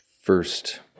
first